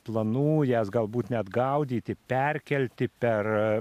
planų jas galbūt net gaudyti perkelti per